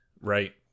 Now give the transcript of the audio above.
right